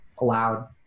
allowed